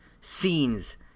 scenes